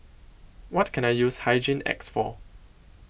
What Can I use Hygin X For